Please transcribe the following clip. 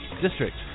district